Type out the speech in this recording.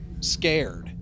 scared